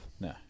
No